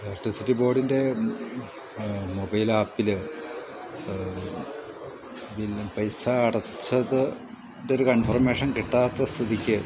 electricity ബോർഡിൻ്റെ mobile ആപ്പില് പൈസ അടച്ചതിൻ്റെ ഒരു കൺഫർമേഷൻ കിട്ടാത്ത